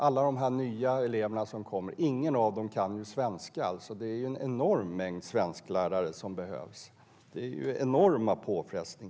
Ingen av de nya eleverna kan svenska, och det behövs en mängd lärare. Det är en enorm påfrestning.